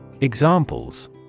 Examples